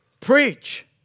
preach